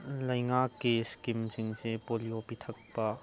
ꯂꯩꯉꯥꯛꯀꯤ ꯏꯁꯀꯤꯝꯁꯤꯡꯁꯦ ꯄꯣꯂꯤꯑꯣ ꯄꯤꯊꯛꯄ